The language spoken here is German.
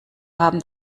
haben